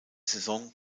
saison